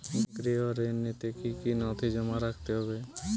গৃহ ঋণ নিতে কি কি নথি জমা রাখতে হবে?